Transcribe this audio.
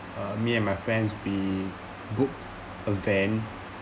uh me and my friends we booked a van